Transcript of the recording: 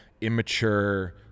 immature